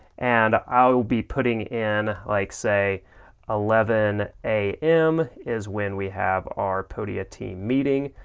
and i'll be putting in, like say eleven a m. is when we have our podia team meeting.